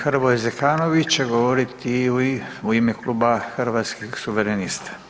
Hrvoje Zekanović će govoriti u ime Kluba Hrvatskih suverenista.